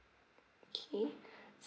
okay